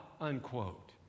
unquote